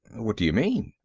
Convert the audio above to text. what do you mean?